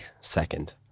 second